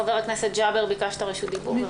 חבר הכנסת ג'אבר, ביקשת רשות דיבור.